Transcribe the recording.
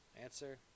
Answer